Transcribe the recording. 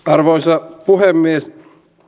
arvoisa puhemies